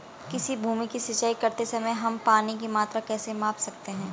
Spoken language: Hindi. किसी भूमि की सिंचाई करते समय हम पानी की मात्रा कैसे माप सकते हैं?